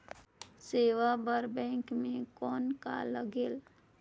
सेवा बर बैंक मे कौन का लगेल?